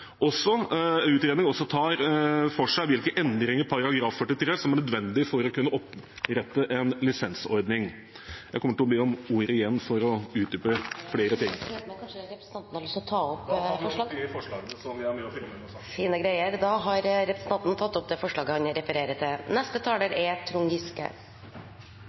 også ta for seg hvilke endringer i § 43 som er nødvendige for å kunne opprette en lisensordning. Jeg kommer til å be om ordet igjen for å utdype flere ting. Det går an, men kanskje representanten skal ta opp forslag? Ja, jeg tar opp det forslaget vi er med på. Da har representanten Geir Jørgen Bekkevold tatt opp det forslaget han refererte til.